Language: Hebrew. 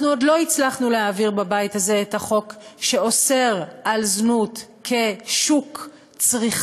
אנחנו עוד לא הצלחנו להעביר בבית הזה את החוק שאוסר זנות כשוק צריכה,